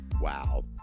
Wow